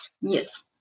yes